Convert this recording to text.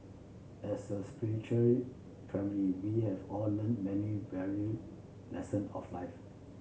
as a spiritual family we have all learned many value lesson of life